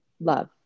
love